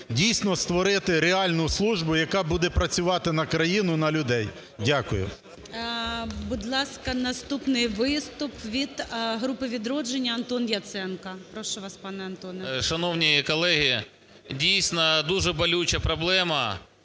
дійсно створити реальну службу, яка буде працювати на країну, на людей. Дякую. ГОЛОВУЮЧИЙ. Будь ласка, наступний виступ від "Групи "Відродження" Антон Яценко. Прошу вас пане Антоне. 16:41:04 ЯЦЕНКО А.В. Шановні колеги, дійсно, дуже болюча проблема.